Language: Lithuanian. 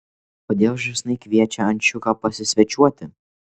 kodėl žąsinai kviečia ančiuką pasisvečiuoti